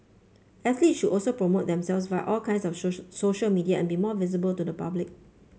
athletes should also promote themselves via all kinds of social social media and be more visible to the public